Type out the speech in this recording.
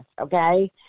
okay